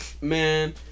Man